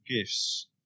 gifts